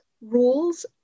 rules